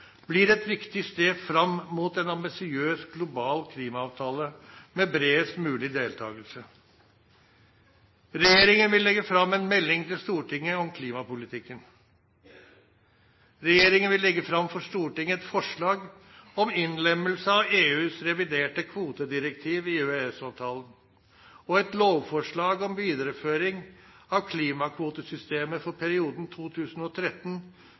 blir et viktig steg fram mot en ambisiøs global klimaavtale med bredest mulig deltakelse. Regjeringen vil legge fram en melding til Stortinget om klimapolitikken. Regjeringen vil legge fram for Stortinget et forslag om innlemmelse av EUs reviderte kvotedirektiv i EØS-avtalen og et lovforslag om videreføring av klimakvotesystemet for perioden